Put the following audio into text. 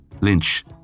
Lynch